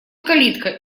калитка